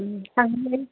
थांनोलाय